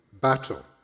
battle